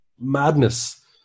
madness